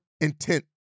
intent